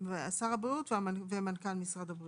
הבריאות ומנכ"ל משרד הבריאות.